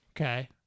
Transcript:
Okay